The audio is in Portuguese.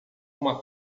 uma